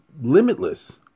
limitless